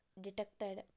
detected